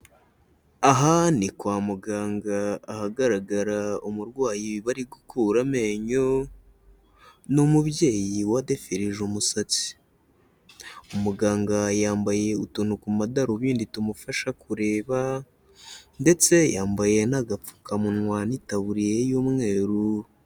Aha ni kwa muganga ahagaragara umurwayi bari gukura amenyo n'umubyeyi wadefirije umusatsi, umuganga yambaye utuntu ku madarubindi tumufasha kureba ndetse yambaye n'agapfukamunwa n'itaburiye y'umweru.